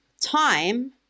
time